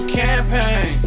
campaign